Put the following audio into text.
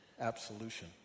absolution